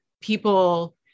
people